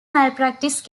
malpractice